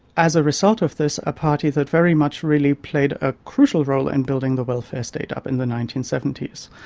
as a result of this, a party that very much really played a crucial role in building the welfare state up in the nineteen seventy s.